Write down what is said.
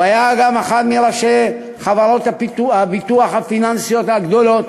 הוא היה גם אחד מראשי חברות הביטוח הפיננסיות הגדולות,